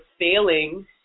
failing